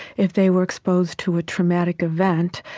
if they were exposed to a traumatic event,